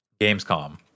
Gamescom